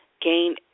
gain